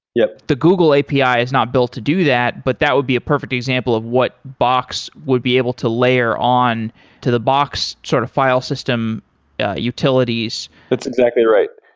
yeah the google api is not built to do that, but that would be a perfect example of what box would be able to layer on to the box sort of file system utilities. that's exactly right.